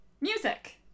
music